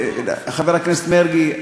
חבר הכנסת מרגי,